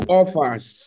offers